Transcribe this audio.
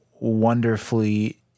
wonderfully